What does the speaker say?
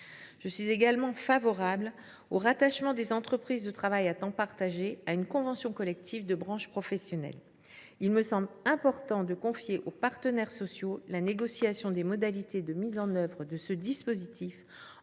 Je suis également favorable au rattachement des entreprises de travail à temps partagé à une convention collective de branche professionnelle. Il me semble important de confier aux partenaires sociaux la négociation des modalités de mise en œuvre de ce dispositif